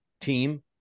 team